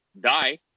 die